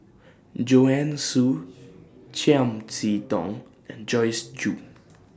Joanne Soo Chiam See Tong and Joyce Jue